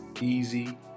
Easy